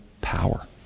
power